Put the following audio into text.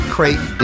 Crate